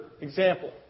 example